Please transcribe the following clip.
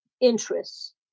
interests